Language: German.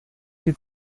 die